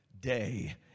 day